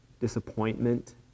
disappointment